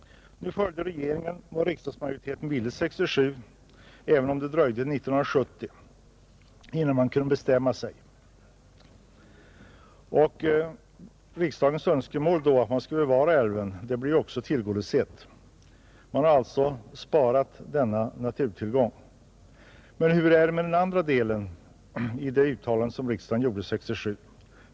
Nu följde regeringen vad riksdagsmajoriteten ville 1967, även om det dröjde till 1970 innan man kunde bestämma sig. Riksdagens önskemål att älven skulle bevaras blev alltså tillgodosett, och man hade sparat denna naturtillgång. Men hur är det med den andra delen av det uttalande som riksdagen gjorde 1967?